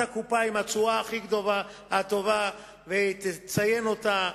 הקופה עם התשואה הכי טובה ותציין אותה,